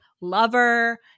Lover